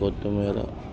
కొత్తిమీర